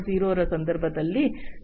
0 ರ ಸಂದರ್ಭದಲ್ಲಿ ನಾವು ಈಗಾಗಲೇ ಮಾತನಾಡಿದ್ದೇವೆ